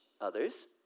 others